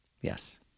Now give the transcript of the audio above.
Yes